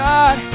God